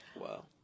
Wow